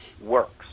works